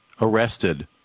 arrested